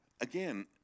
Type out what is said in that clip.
Again